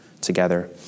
together